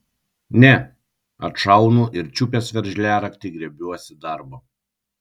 ne atšaunu ir čiupęs veržliaraktį griebiuosi darbo